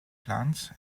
plant